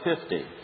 fifty